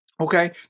Okay